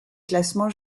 classement